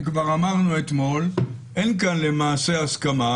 כשכבר אמרנו אתמול שאין כאן למעשה הסכמה,